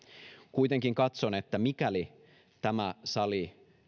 kuitenkin katson että mikäli tämä sali